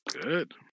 Good